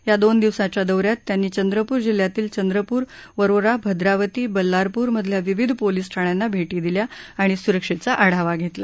या दोन दिवसांच्या दौर्यात त्यांनी चंद्रपूर जिल्ह्यातील चंद्रपूर वरोरा भद्रावती बल्लारपूर मधल्या विविध पोलिस ठाण्यांना भेटी दिल्या आणि सुरक्षेचा आढावा घेतला